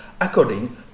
according